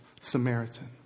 Samaritan